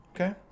okay